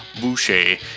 Boucher